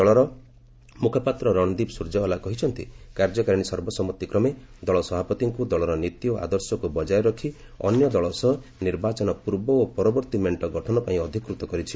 ଦଳର ମୁଖପାତ୍ର ରଣଦୀପ ସ୍ରର୍ଯ୍ୟୱାଲା କହିଛନ୍ତି କାର୍ଯ୍ୟକାରିଣୀ ସର୍ବସମ୍ମତିକ୍ରମେ ଦଳ ସଭାପତିଙ୍କୁ ଦଳର ନୀତି ଓ ଆଦର୍ଶକୁ ବଙ୍କାୟ ରଖି ଅନ୍ୟ ଦଳ ସହ ନିର୍ବାଚନ ପୂର୍ବ ଓ ପରବର୍ତ୍ତୀ ମେଣ୍ଟ ଗଠନ ପାଇଁ ଅଧିକୃତ କରିଛି